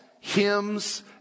hymns